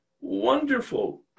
Wonderful